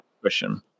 question